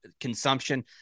consumption